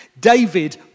David